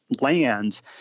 lands